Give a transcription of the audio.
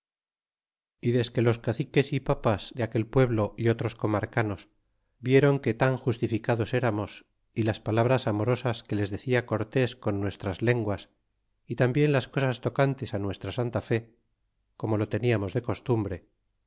y desque los caciques y papas de aquel pueblo y otros comarcanos viron que tan justificados ciamos y las palabras amorosas que les decia cortés con nuestras lenguas y tambien las cosas tocantes nuestra santa fe como lo teniamos de costumbre